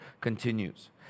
continues